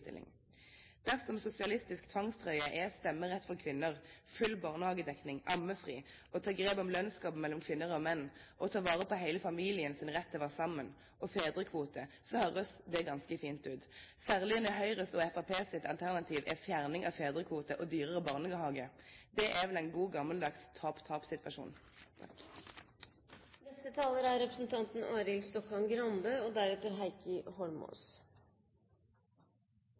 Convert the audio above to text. Dersom «sosialistisk tvangstrøye» er stemmerett for kvinner, full barnehagedekning, ammefri, å ta grep om lønnsgapet mellom kvinner og menn, å ta vare på hele familiens rett til å være sammen, og fedrekvote, så høres det ganske fint ut, særlig når Høyres og Fremskrittspartiets alternativ er fjerning av fedrekvote og dyrere barnehage. Det er vel en god,